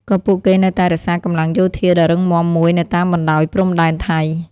ក៏ពួកគេនៅតែរក្សាកម្លាំងយោធាដ៏រឹងមាំមួយនៅតាមបណ្ដោយព្រំដែនថៃ។